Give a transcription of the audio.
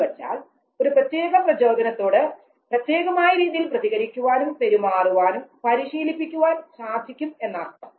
എന്നുവെച്ചാൽ ഒരു പ്രത്യേക പ്രചോദനത്തോട് പ്രത്യേകമായ രീതിയിൽ പ്രതികരിക്കുവാനും പെരുമാറുവാനും പരിശീലിപ്പിക്കാൻ സാധിക്കും എന്നർത്ഥം